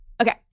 okay